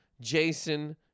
Jason